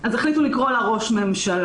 ואז, החליטו לקרוא לה: ראש ממשלה.